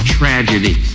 tragedy